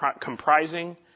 comprising